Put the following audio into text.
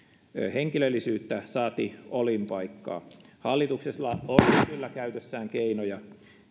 henkilöllisyyttä saati olinpaikkaa hallituksella on kyllä käytössään keinoja